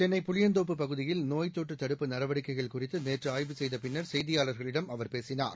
சென்னை புளியந்தோப்புப் பகுதியில் நோய்த் தொற்று தடுப்பு நடவடிக்கைகள் குறித்து நேற்று ஆய்வு செய்த பின்னர் செய்தியாளர்களிடம் அவர் பேசினார்